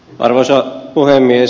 arvoisa puhemies